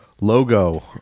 logo